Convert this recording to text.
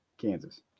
Kansas